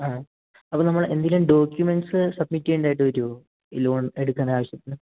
ആ അപ്പോൾ നമ്മൾ എന്തേലും ഡോക്യുമെൻ്റ്സ് സബ്മീറ്റ് ചെയ്യേണ്ടത് ആയിട്ട് വരുമോ ഈ ലോൺ എടുക്കാൻ ആവശ്യത്തിന്